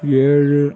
ஏழு